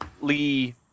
Lee